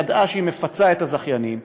ידעה שהיא מפצה את הזכיינים,